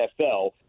NFL